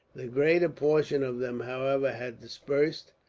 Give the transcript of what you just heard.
the greater portion of them, however, had dispersed,